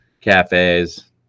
cafes